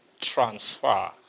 transfer